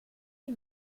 die